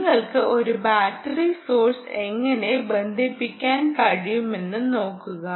നിങ്ങൾക്ക് ഒരു battery source എങ്ങനെ ബന്ധിപ്പിക്കാൻ കഴിയുമെന്ന് നോക്കുക